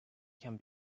can